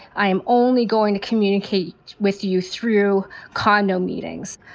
i am only going to communicate with you through condo meetings.